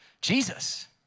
Jesus